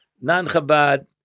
non-Chabad